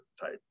type